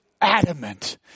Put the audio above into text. adamant